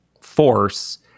force